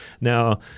Now